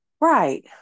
Right